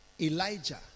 Elijah